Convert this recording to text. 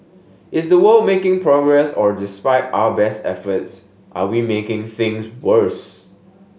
is the world making progress or despite our best efforts are we making things worse